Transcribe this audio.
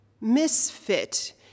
misfit